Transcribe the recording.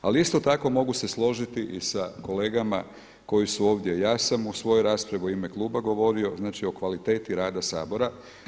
Ali isto tako mogu se složiti i sa kolegama koji su ovdje, ja sam u svojo raspravi u ime kluba govorio znači o kvaliteti rada Sabora.